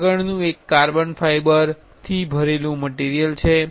આગળનુ એક carbon fibre થી ભરેલુ મટીરિયલ છે